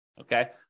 Okay